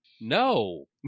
No